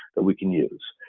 that we can use,